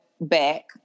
back